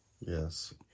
Yes